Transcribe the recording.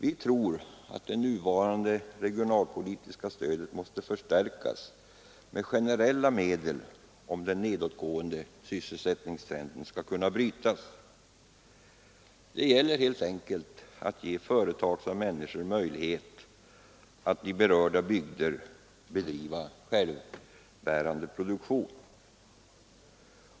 Vi anser att det nuvarande regionalpolitiska stödet måste förstärkas med generella medel, om den nedåtgående sysselsättningstrenden skall kunna brytas. Det gäller helt enkelt att ge företagsamma människor möjlighet att i berörda bygder bedriva självbärande produktion.